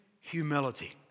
humility